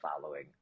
following